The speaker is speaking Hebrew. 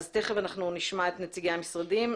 אז תיכף אנחנו נשמע את נציגי המשרדים,